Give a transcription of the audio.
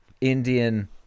indian